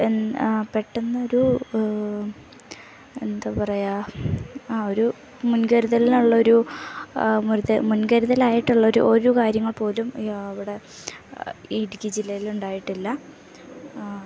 പെട്ടെന്ന് ഒരു എന്താണ് പറയുക ആ ഒരു മുൻകരുതലിനുള്ള ഒരു മുൻകരുതലിനായിട്ടുള്ള ഒരു കാര്യങ്ങൾ പോലും അവിടെ ഈ ഇടുക്കി ജില്ലയിൽ ഉണ്ടായിട്ടില്ല